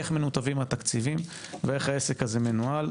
איך מנותבים התקציבים ואיך העסק הזה מנוהל.